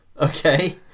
okay